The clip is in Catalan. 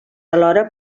alhora